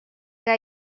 que